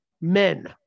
men